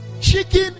chicken